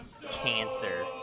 cancer